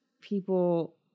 people